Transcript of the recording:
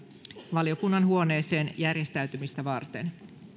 valiokunnan huoneeseen järjestäytymistä varten